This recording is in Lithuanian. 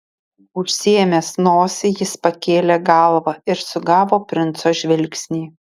užsiėmęs nosį jis pakėlė galvą ir sugavo princo žvilgsnį